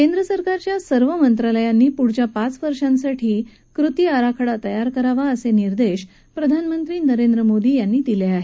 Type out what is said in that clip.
केंद्र सरकारच्या सर्व मंत्रालयानी पुढील पाच वर्षांसाठी कृती आराखडा तयार करावा असे निर्देश प्रधानमंत्री नरेंद्र मोदी यांनी दिले आहेत